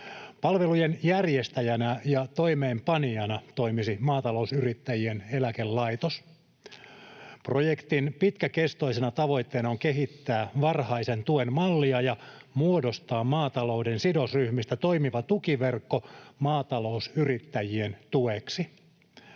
Palvelujen järjestäjänä ja toimeenpanijana toimisi Maatalousyrittäjien eläkelaitos. Projektin pitkäkestoisena tavoitteena on kehittää varhaisen tuen mallia ja muodostaa maatalouden sidosryhmistä toimiva tukiverkko maatalousyrittäjien tueksi.